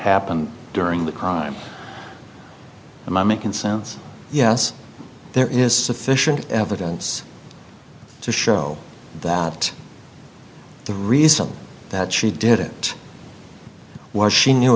happened during the crime and i make incense yes there is sufficient evidence to show that the reason that she did it was she knew